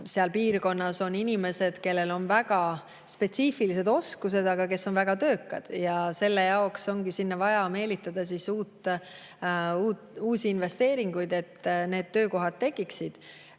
seal piirkonnas on inimesed, kellel on väga spetsiifilised oskused, aga kes on väga töökad. Selle jaoks ongi sinna vaja meelitada uusi investeeringuid, et need töökohad tekiksid.